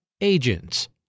Agents